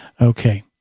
Okay